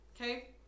Okay